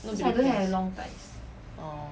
orh